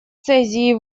цезии